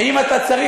ואם אתה צריך,